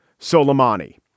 Soleimani